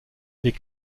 les